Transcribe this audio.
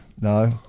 No